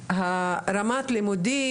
רמת הלימודים,